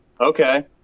Okay